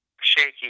shaky